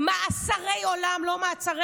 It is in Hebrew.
גם אתה, חבר הכנסת קריב.